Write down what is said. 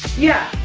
yeah,